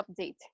update